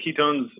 ketones